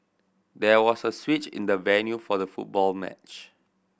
there was a switch in the venue for the football match